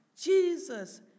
Jesus